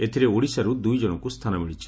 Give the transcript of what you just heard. ଏଥିରେ ଓଡ଼ିଶାରୁ ଦୁଇ ଜଶଙ୍କୁ ସ୍ଥାନ ମିଳିଛି